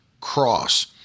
cross